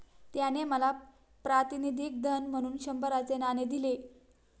त्याने मला प्रातिनिधिक धन म्हणून शंभराचे नाणे दिले